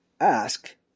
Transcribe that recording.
ask